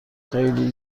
خیلی